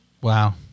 Wow